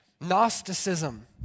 Gnosticism